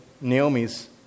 Naomi's